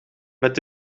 met